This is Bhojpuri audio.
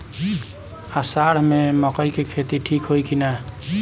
अषाढ़ मे मकई के खेती ठीक होई कि ना?